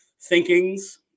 thinkings